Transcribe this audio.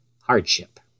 hardship